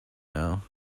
know